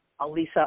Alisa